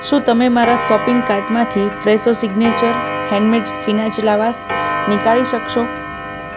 શું તમે મારા સોપિંગ કાર્ટમાંથી ફ્રેસો સિગ્નેચર હેન્ડમેડ સ્ફીના ચીલાવાસ નીકાળી શકશો